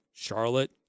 Charlotte